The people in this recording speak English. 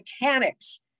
mechanics